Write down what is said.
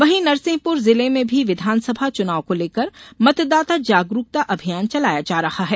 वहीं नरसिंहपुर जिले में भी विधानसभा चुनाव को लेकर मतदाता जागरूकता अभियान चलाया जा रहा है